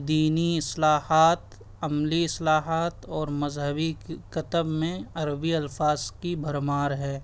دینی اصطلاحات عملی اصطلاحات اور مذہبی کتب میں عربی الفاظ کی بھرمار ہے